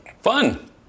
Fun